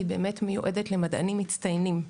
היא באמת מיועדת למדענים מצטיינים,